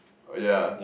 ya